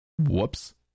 Whoops